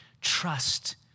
trust